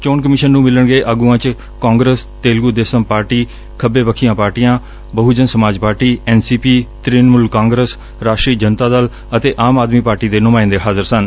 ਚੋਣ ਕਮਿਸ਼ਨ ਨੂੰ ਮਿਲਣ ਗਏ ਆਗੂਆਂ ਚ ਕਾਂਗਰਸ ਤੇਲਗੂ ਦੀ ਪਾਰਟੀ ਖੱਬੇ ਪੱਖੀ ਪਾਰਟੀਆਂ Bahujan Samaj party N C P Trinamool Congress Rashtriya Janata Dal ਅਤੇ ਆਮ ਆਦਮੀ ਪਾਰਟੀ ਦੇ ਨੁਮਾਇੰਦੇ ਹਾਜ਼ਰ ਸਨ